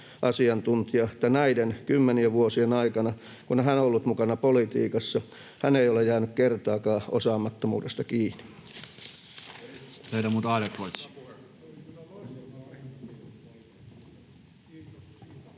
että näiden kymmenien vuosien aikana, kun hän on ollut mukana politiikassa, hän ei ole jäänyt kertaakaan osaamattomuudesta kiinni.